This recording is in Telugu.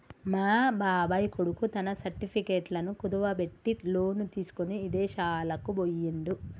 మా బాబాయ్ కొడుకు తన సర్టిఫికెట్లను కుదువబెట్టి లోను తీసుకొని ఇదేశాలకు బొయ్యిండు